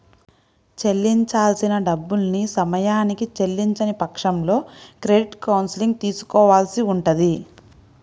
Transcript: చెల్లించాల్సిన డబ్బుల్ని సమయానికి చెల్లించని పక్షంలో క్రెడిట్ కౌన్సిలింగ్ తీసుకోవాల్సి ఉంటది